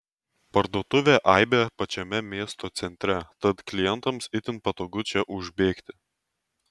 parduotuvė aibė pačiame miesto centre tad klientams itin patogu čia užbėgti